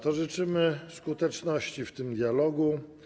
To życzymy skuteczności w tym dialogu.